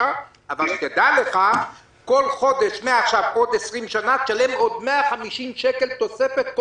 אבל תדע לך שבכל חודש מעכשיו ועוד 20 שנים תשלם עוד 150 שקל תוספת.